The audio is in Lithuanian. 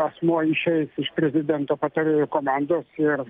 asmuo išeis iš prezidento patarėjų komandos ir